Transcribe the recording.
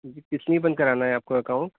جی کس لیے بند کرانا ہے آپ کو اکاؤنٹ